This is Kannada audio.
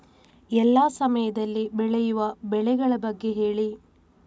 ಎಲ್ಲಾ ಸಮಯದಲ್ಲಿ ಬೆಳೆಯುವ ಬೆಳೆಗಳ ಬಗ್ಗೆ ಹೇಳಿ